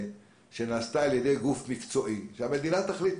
שנעשתה על-ידי גוף מקצועי שהמדינה תחליט,